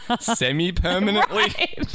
semi-permanently